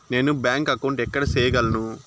నేను bank account ఎక్కడ సేయగలను